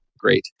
great